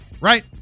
right